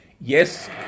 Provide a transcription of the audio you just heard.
Yes